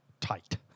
tight